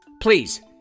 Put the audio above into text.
Please